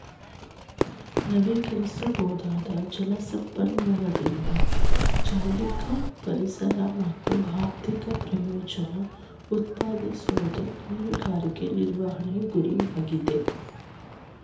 ನವೀಕರಿಸಬೊದಾದ ಜಲ ಸಂಪನ್ಮೂಲದಿಂದ ಜೈವಿಕ ಪರಿಸರ ಮತ್ತು ಆರ್ಥಿಕ ಪ್ರಯೋಜನನ ಉತ್ಪಾದಿಸೋದು ಮೀನುಗಾರಿಕೆ ನಿರ್ವಹಣೆ ಗುರಿಯಾಗಿದೆ